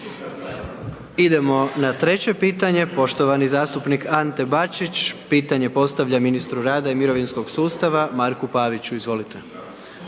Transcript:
Idemo na treće pitanje, poštovani zastupnik Ante Bačić. Pitanje postavlja ministru rada i mirovinskog sustavu Marku Paviću, izvolite.